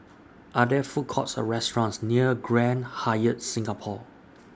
Are There Food Courts Or restaurants near Grand Hyatt Singapore